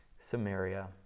Samaria